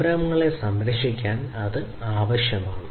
സംരംഭങ്ങളെ സംരക്ഷിക്കാൻ അത് ആവശ്യമാണ്